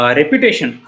reputation